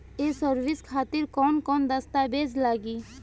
ये सर्विस खातिर कौन कौन दस्तावेज लगी?